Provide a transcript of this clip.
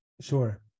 Sure